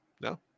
No